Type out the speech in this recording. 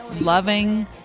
loving